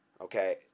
Okay